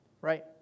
right